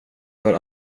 för